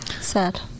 Sad